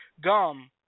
gum